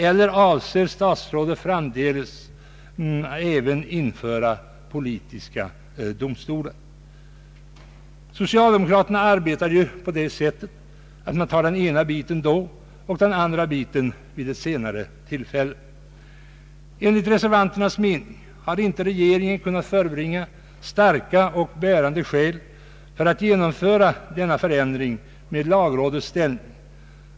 Eller avser statsrådet att framdeles även införa politiska domstolar? Socialdemokraterna arbetar ju på det sättet att man tar den ena biten då och den andra biten vid ett senare tillfälle. Enligt reservanternas mening har inte regeringen kunnat förebringa starka och bärande skäl för att genomföra denna förändring av lagrådets ställning.